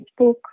Facebook